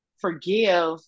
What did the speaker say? forgive